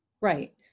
Right